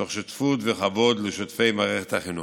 תוך שותפות וכבוד לשותפי מערכת החינוך.